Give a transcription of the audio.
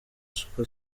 super